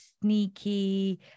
sneaky